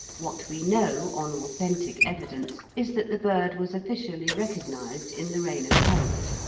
what we know, on authentic evidence, is that the bird was officially recognised in the reign of harold,